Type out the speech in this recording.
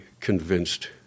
convinced